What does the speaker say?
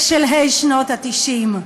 בשלהי שנות ה-90?